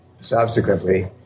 subsequently